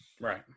Right